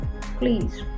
Please